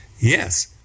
Yes